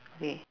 wait